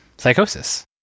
Psychosis